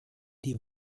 die